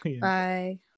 Bye